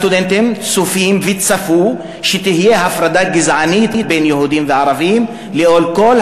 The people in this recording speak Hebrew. הסטודנטים צופים וצפו שתהיה הפרדה גזענית בין יהודים לערבים לנוכח כל